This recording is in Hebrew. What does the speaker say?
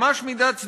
ממש מידת סדום.